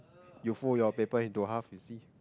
you fold your paper into half you see